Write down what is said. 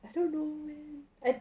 I don't know